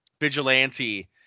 vigilante